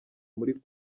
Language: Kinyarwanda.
muri